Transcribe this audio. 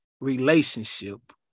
relationship